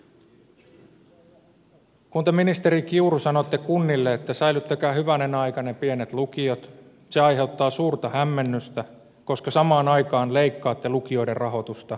kun te ministeri kiuru sanotte kunnille että säilyttäkää hyvänen aika ne pienet lukiot se aiheuttaa suurta hämmennystä koska samaan aikaan leikkaatte lukioiden rahoitusta ennennäkemättömällä tavalla